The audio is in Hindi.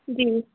जी